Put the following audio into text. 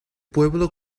pueblo